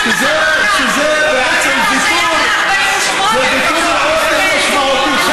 48' שזה בעצם ויתור מאוד משמעותי,